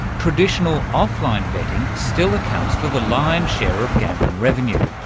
traditional offline betting still accounts for the lion's share of gambling revenue.